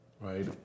right